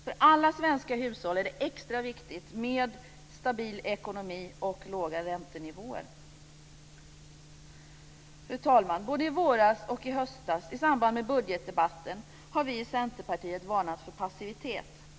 För alla svenska hushåll är det extra viktigt med stabil ekonomi och låga räntenivåer. Fru talman! Både i våras och i höstas, i samband med budgetdebatten, har vi i Centerpartiet varnat för passivitet.